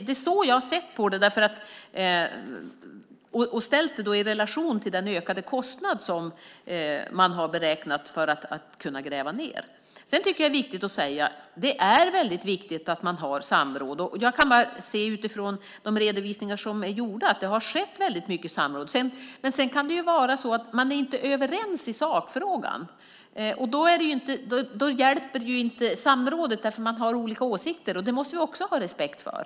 Det är så jag har sett på det, och jag har ställt det i relation till den ökande kostnad som man har beräknat för att gräva ned. Sedan vill jag gärna säga att det är väldigt viktigt att man har samråd. Jag kan bara se från de redovisningar som är gjorda att det har skett väldigt mycket samråd. Sedan kan det vara så att man inte är överens i sakfrågan. Då hjälper ju inte samrådet, för man har olika åsikter. Det måste vi också ha respekt för.